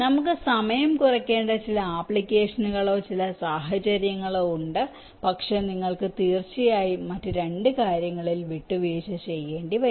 നമുക്ക് സമയം കുറയ്ക്കേണ്ട ചില ആപ്ലിക്കേഷനുകളോ ചില സാഹചര്യങ്ങളോ ഉണ്ട് പക്ഷേ നിങ്ങൾക്ക് തീർച്ചയായും മറ്റ് രണ്ട് കാര്യങ്ങളിൽ വിട്ടുവീഴ്ച ചെയ്യേണ്ടി വരും